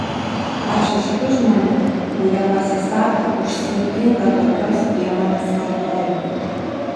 aš iš tų žmonių kurie pasisako už saikingą tokios priemonės vartojimą